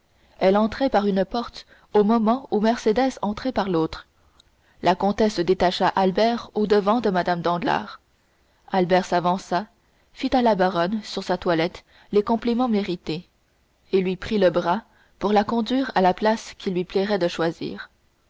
elle entrait par une porte au moment où mercédès entrait par l'autre la comtesse détacha albert au-devant de mme danglars albert s'avança fit à la baronne sur sa toilette les compliments mérités et lui prit le bras pour la conduire à la place qu'il lui plairait de choisir